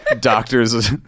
doctors